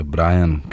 Brian